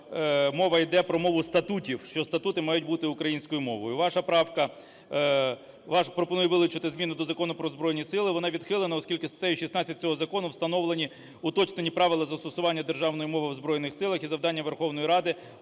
мова йде про мову статутів, що статути мають бути українською мовою. Ваша правка, ваша пропонує вилучити зміну до Закону "Про Збройні Сили", вона відхилена, оскільки статтею 16 цього закону встановлені уточнені правила застосування державної мови в Збройних Силах. І завдання Верховної Ради